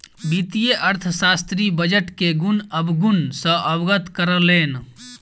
वित्तीय अर्थशास्त्री बजट के गुण अवगुण सॅ अवगत करौलैन